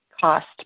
cost